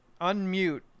unmute